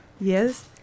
Yes